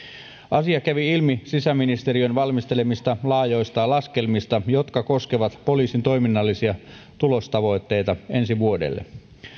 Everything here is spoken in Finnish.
asia kävi ilmi sisäministeriön valmistelemista laajoista laskelmista jotka koskevat poliisin toiminnallisia tulostavoitteita ensi vuodelle